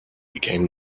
became